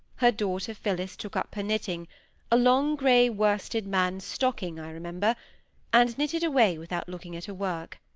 her daughter phillis took up her knitting a long grey worsted man's stocking, i remember and knitted away without looking at her work.